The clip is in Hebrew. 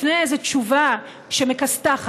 לפני איזו תשובה שמכסתחת,